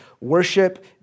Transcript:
Worship